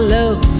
love